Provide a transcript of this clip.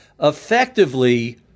Effectively